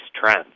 trends